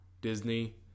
Disney